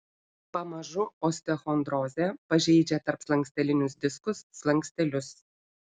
pamažu osteochondrozė pažeidžia tarpslankstelinius diskus slankstelius